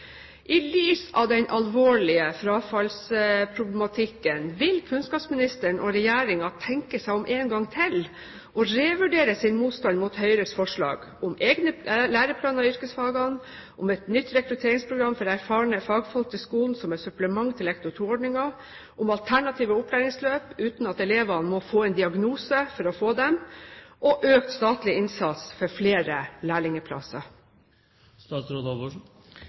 I lys av den alvorlige frafallsproblematikken, vil kunnskapsministeren og regjeringen tenke seg om én gang til og revurdere sin motstand mot Høyres forslag om egne læreplaner for yrkesfagene, om et nytt rekrutteringsprogram for å få erfarne fagfolk til skolen, som et supplement til lektor II-ordningen, om alternative opplæringsløp uten at elevene må få en diagnose for å få dem, og økt statlig innsats for flere